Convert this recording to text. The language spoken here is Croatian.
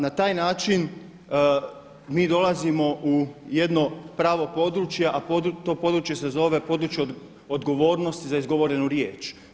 Na taj način mi dolazimo u jedno pravo područje, a to područje se zove, područje odgovornosti za izgovorenu riječ.